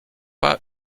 pas